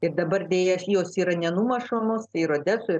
ir dabar jos yra nenumušamos tai ir odesoj